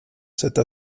cette